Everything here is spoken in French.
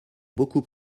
beaucoup